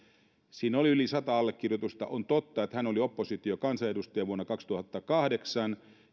siinä oli yli sata allekirjoitusta on totta että hän oli oppositiokansanedustaja vuonna kaksituhattakahdeksan